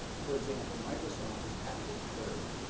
for example, microsoft has patented the verb.